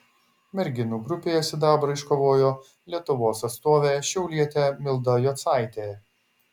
merginų grupėje sidabrą iškovojo lietuvos atstovė šiaulietė milda jocaitė